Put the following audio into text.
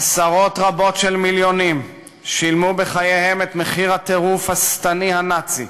עשרות רבות של מיליונים שילמו בחייהם את מחיר הטירוף השטני הנאצי,